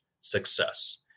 success